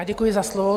Děkuji za slovo.